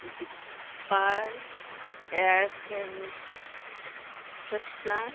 zipper air freshener